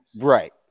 Right